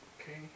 Okay